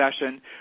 session